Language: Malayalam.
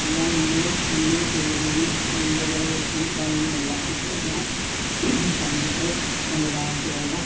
എല്ലാം നമ്മൾ തന്നെ ചെയ്യുകയും അതിൻ്റെ വിളവെടുപ്പും പണിയും എല്ലാം ഇപ്പോഴെല്ലാം കമ്പ്യൂട്ടർ സംവിധാനത്തിലുള്ള